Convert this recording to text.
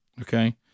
okay